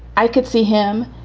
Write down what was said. i could see him.